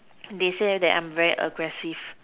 they say that I'm very aggressive